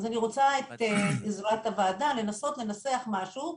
אז אני רוצה את עזרת הוועדה לנסות לנסח משהו.